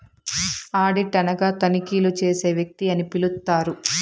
audit అనగా తనిఖీలు చేసే వ్యక్తి అని పిలుత్తారు